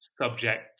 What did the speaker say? subject